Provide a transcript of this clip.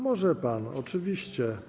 Może pan, oczywiście.